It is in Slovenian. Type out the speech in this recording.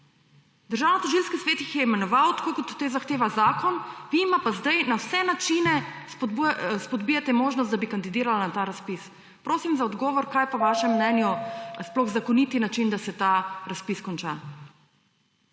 Državnotožilski svet ju je imenoval, tako kot to zahteva zakon, vi jima pa zdaj na vse načine izpodbijate možnost, da bi kandidirala na tem razpisu. Prosim za odgovor, kaj sploh je po vašem mnenju zakonit način, da se ta razpis konča.